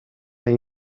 این